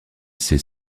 ces